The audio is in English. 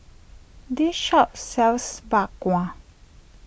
this shop sells Bak Kwa